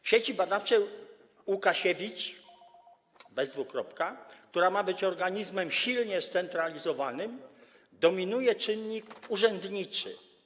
W Sieci Badawczej Łukasiewicz - bez dwukropka - która ma być organizmem silnie scentralizowanym, dominuje czynnik urzędniczy.